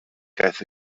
gaeth